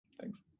Thanks